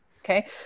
Okay